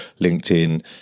LinkedIn